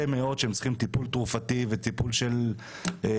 מאוד שהם צריכים טיפול תרופתי וטיפול של אשפוז.